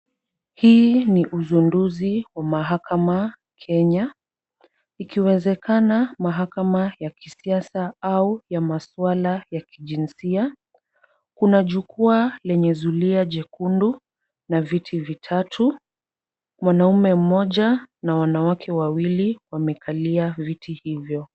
Hii ni uzunduzi wa mahakama Kenya. Ikiwezekana, mahakama ya kisiasa au ya masuala ya kijinsia. Kuna jukwaa lenye zulia jekundu na viti vitatu. Mwanaume mmoja na wanawake wawili wamekalia viti hivyo.